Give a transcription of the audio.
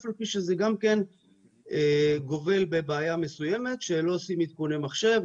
אף על פי שזה גם כן גובל בבעיה מסוימת שלא עושים עדכוני מחשב,